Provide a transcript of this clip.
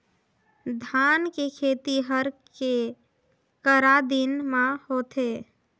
धान के खेती हर के करा दिन म होथे?